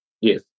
Yes